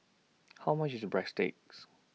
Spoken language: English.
How much IS Breadsticks